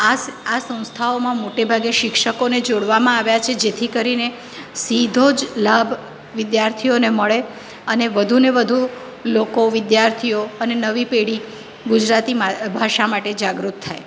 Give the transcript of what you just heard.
આ આ સંસ્થાઓમાં મોટે ભાગે શિક્ષકોને જોડવામાં આવ્યા છે જેથી કરીને સીધો જ લાભ વિધાર્થીઓને મળે અને વધુને વધુ લોકો વિધાર્થીઓ અને નવી પેઢી ગુજરાતી ભાષા માટે જાગૃત થાય